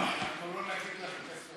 אדוני,